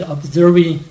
Observing